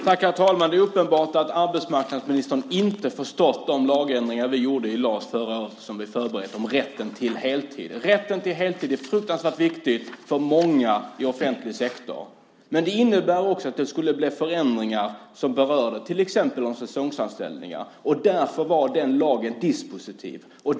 Herr talman! Det är uppenbart att arbetsmarknadsministern inte har förstått de lagändringar som vi gjorde i LAS förra året. Vi hade förberett sådant som gällde rätten till heltid. Denna rätt är fruktansvärt viktig för många i offentlig sektor. Men det här innebar också att det skulle bli förändringar som berörde till exempel säsongsanställningar. Därför var den lagen dispositiv.